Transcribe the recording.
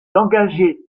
d’engager